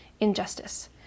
injustice